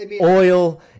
oil